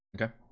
Okay